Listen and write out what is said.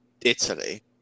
Italy